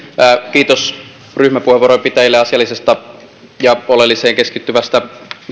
kiitos ryhmäpuheenvuorojen pitäjille asiallisesta ja oleelliseen keskittyvästä